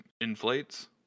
inflates